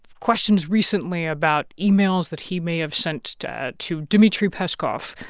questions recently about emails that he may have sent to to dmitry peskov,